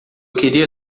queria